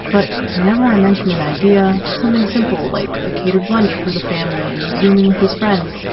but whenever i mentioned an idea, something simple, like a catered lunch for the family and zooming with his friends,